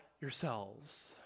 yourselves